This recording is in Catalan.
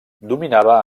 dominava